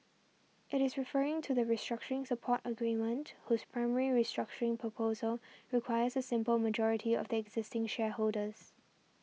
it is referring to the restructuring support agreement whose primary restructuring proposal requires a simple majority of the existing shareholders